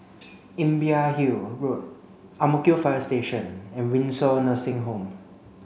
Imbiah Hill Road Ang Mo Kio Fire Station and Windsor Nursing Home